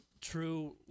true